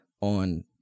on